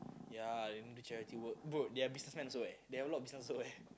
yeah then do charity work bro they are businessman also eh they have a lot of business also eh